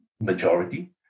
majority